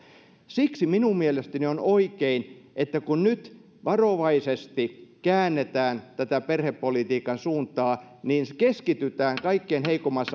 siksi minun mielestäni on oikein että kun nyt varovaisesti käännetään tätä perhepolitiikan suuntaa niin keskitytään kaikkein heikoimmassa